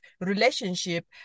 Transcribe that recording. relationship